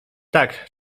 tak